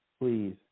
please